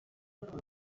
mukuru